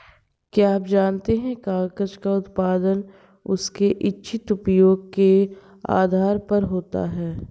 क्या आप जानते है कागज़ का उत्पादन उसके इच्छित उपयोग के आधार पर होता है?